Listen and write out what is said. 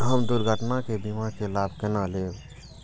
हम दुर्घटना के बीमा के लाभ केना लैब?